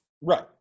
Right